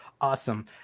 Awesome